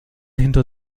hinter